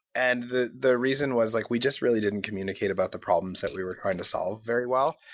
and the the reason was like we just really didn't communicate about the problems that we were trying to solve very well,